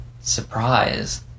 Surprise